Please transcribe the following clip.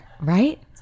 Right